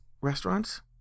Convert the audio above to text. restaurants